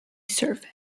survey